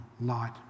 light